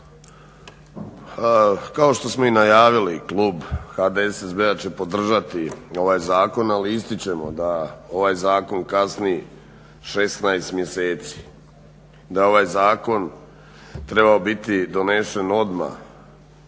Kao što smo i najavili Klub HDSSB-a će podržati ovaj zakon ali ističemo da ovaj zakon kasni 16 mjeseci. Da ovaj zakon trebao biti donesen odmah